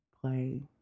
play